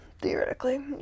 theoretically